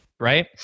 Right